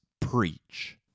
preach